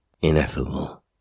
ineffable